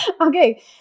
okay